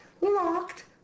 locked